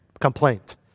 Complaint